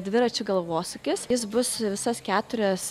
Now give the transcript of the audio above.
dviračių galvosūkis jis bus visas keturias